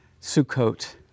Sukkot